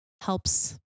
helps